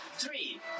Three